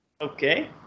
Okay